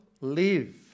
live